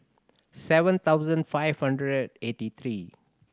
seven thousand five hundred eighty three